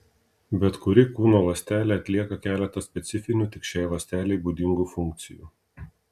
bet kuri kūno ląstelė atlieka keletą specifinių tik šiai ląstelei būdingų funkcijų